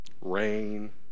rain